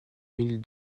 mille